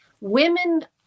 Women